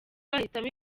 bahitamo